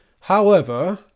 However